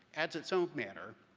adds its own banner,